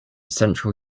central